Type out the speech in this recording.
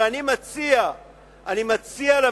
אבל אני מציע לממשלה,